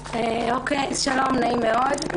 שלום, נעים מאוד.